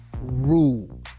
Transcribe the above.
rule